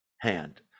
hand